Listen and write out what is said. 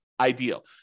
ideal